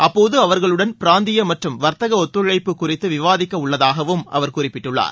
அப்போது அவர்களுடன் பிராந்திய மற்றும் வர்த்தக ஒத்துழைப்பு குறித்து விவாதிக்கவுள்ளதாகவும் அவர் குறிப்பிட்டுள்ளார்